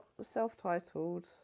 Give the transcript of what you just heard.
self-titled